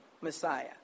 Messiah